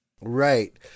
Right